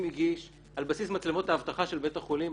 הגיש על בסיס מצלמות האבטחה של בית החולים.